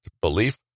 belief